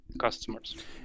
customers